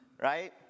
right